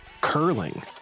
curling